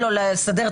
בגלל שהפסדנו